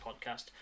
podcast